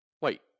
Wait